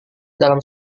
dalam